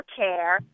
care